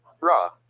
Raw